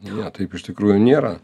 ne taip iš tikrųjų nėra